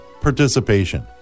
Participation